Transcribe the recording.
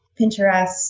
Pinterest